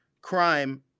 crime